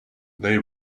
they